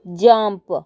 jump